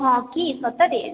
ହଁ କି ସତରେ